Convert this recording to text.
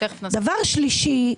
דבר שלישי,